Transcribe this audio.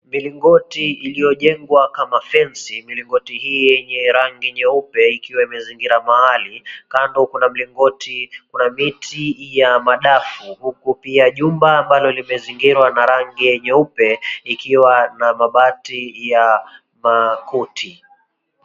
Milingoti iliyojengwa kama fensi. Milingoti hii yenye rangi nyeupe ikiwa imezingira mahali. Kando kuna mlingoti, kuna miti ya madafu huku pia jumba ambalo limezingirwa na rangi nyeupe ikiwa mabati ya makuti.